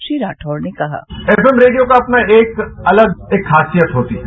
श्री राठौर ने कहा FM radio का अपना एक अलग एक खासियत होती है